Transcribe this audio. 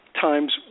times